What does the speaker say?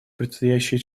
предстоящие